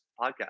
podcast